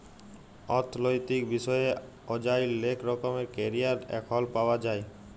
অথ্থলৈতিক বিষয়ে অযায় লেক রকমের ক্যারিয়ার এখল পাউয়া যায়